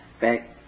back